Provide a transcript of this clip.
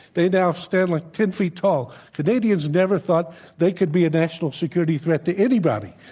they now stand like ten feet tall. canadians never thought they could be a national security threat to anybody.